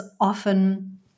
often